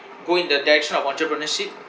go in the direction of entrepreneurship